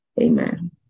Amen